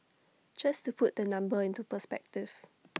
just to put the number into perspective